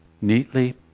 Neatly